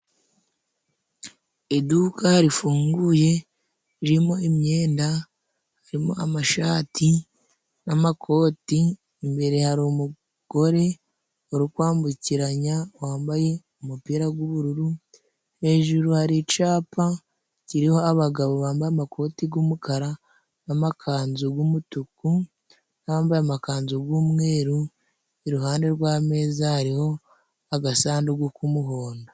Iduka rifunguye ririmo imyenda, harimo amashati n'amakoti. Imbere hari umugore uri kwambukiranya wambaye umupira g'ubururu. Hejuru hari icapa kiriho abagabo bambaye amakoti g'umukara n'amakanzu g'umutuku, n'abambaye amakanzu g'umweru, iruhande rw'ameza hariho agasanduku k'umuhondo.